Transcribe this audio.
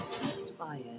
inspired